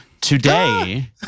Today